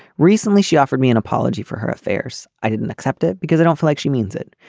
recently she offered me an apology for her affairs. i didn't accept it because i don't feel like she means it.